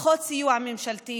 פחות סיוע ממשלתי,